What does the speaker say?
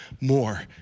more